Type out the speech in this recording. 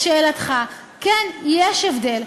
לשאלתך, כן, יש הבדל.